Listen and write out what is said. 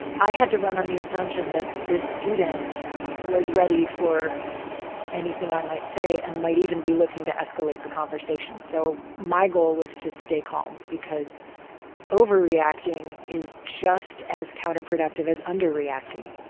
i had to run on the assumption that this student was ready for anything i might say and might even be looking to escalate the conversation. so my goal was to stay calm because overreacting is just as counterproductive as underreacting.